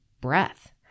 breath